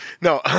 No